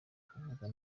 kuvuga